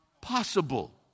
possible